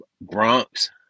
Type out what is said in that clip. Bronx